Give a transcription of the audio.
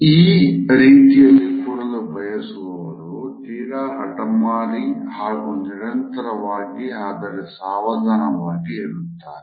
ಈ ರೀತಿಯಲ್ಲಿ ಕೂರಲು ಬಯಸುವವರು ತೀರ ಹಟಮಾರಿ ಹಾಗೂ ನಿರಂತರವಾಗಿ ಆದರೆ ಸಾವಧಾನವಾಗಿ ಇರುತ್ತಾರೆ